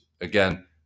Again